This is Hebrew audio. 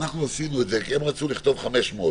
עשינו את זה כי הם רצו לכתוב 500,